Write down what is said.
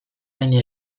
hain